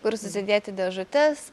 kur susidėti dėžutes